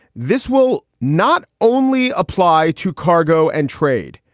this will not only apply to cargo and trade.